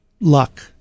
Luck